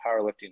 powerlifting